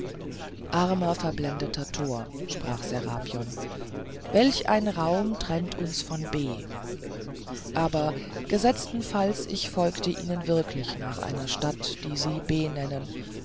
armer verblendeter tor sprach serapion welch ein raum trennt uns von b aber gesetzten falls ich folgte ihnen wirklich nach einer stadt die sie